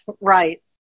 Right